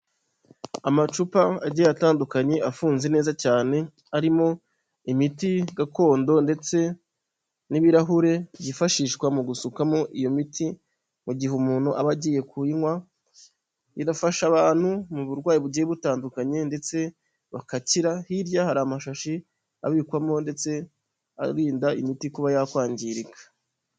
Amacupa agiye atandukanye afunze neza cyane, arimo imiti gakondo ndetse n'ibirahure byifashishwa mu gusukamo iyo miti mu gihe umuntu aba agiye kuyinywa, ifasha abantu mu burwayi bugiye butandukanye ndetse bagakira hirya hari amashashi abikwamo ndetse arinda imiti kuba yakwangirika.